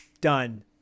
Done